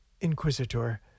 inquisitor